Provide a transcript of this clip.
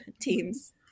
teams